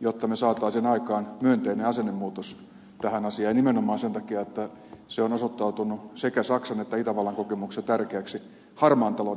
jotta saisimme aikaan myönteisen asennemuutoksen tähän asiaan nimenomaan sen takia että se on osoittautunut sekä saksan että itävallan kokemuksissa tärkeäksi harmaan talouden vastustajaksi